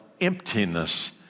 emptiness